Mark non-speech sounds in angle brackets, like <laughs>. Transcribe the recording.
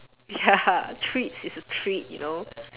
ya <laughs> treats is a treat you know